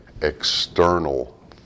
external